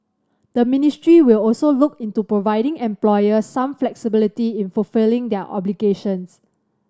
the ministry will also look into providing employers some flexibility in fulfilling their obligations